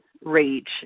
rage